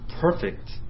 perfect